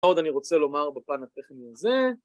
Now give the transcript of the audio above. מה עוד אני רוצה לומר בפן הטכני הזה